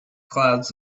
clouds